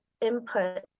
input